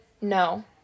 No